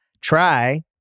Try